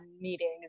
meetings